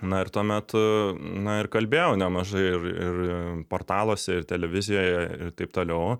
na ir tuo metu na ir kalbėjau nemažai ir ir portaluose ir televizijoje ir taip toliau